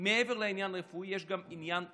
מעבר לעניין הרפואי, גם עניין תדמיתי.